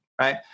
right